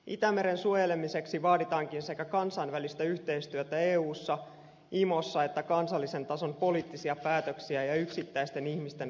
itämeren suojelemiseksi vaaditaankin sekä kansainvälistä yhteistyötä eussa ja imossa että kansallisen tason poliittisia päätöksiä ja yksittäisten ihmisten vastuullisia valintoja